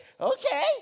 okay